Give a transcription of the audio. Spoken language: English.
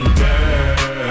girl